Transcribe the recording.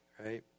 Right